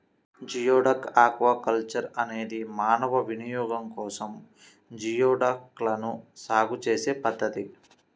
geoduck aquaculture అనేది మానవ వినియోగం కోసం జియోడక్లను సాగు చేసే పద్ధతి